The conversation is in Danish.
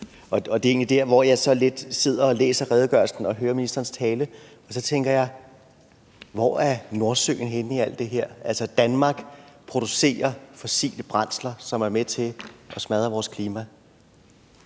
Det er egentlig der, jeg, når jeg sidder og læser redegørelsen og hører ministerens tale, tænker: Hvor er Nordsøen henne i alt det her? Danmark producerer fossile brændsler, som er med til at smadre vores klima,